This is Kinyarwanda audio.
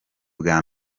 bwa